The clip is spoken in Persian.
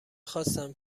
خواستم